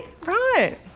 right